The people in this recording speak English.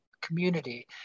community